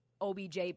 OBJ